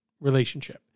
relationship